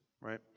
right